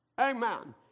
Amen